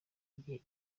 igihe